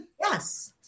Yes